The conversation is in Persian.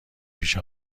پیش